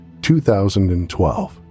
2012